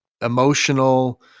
emotional